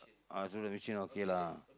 ah so that okay lah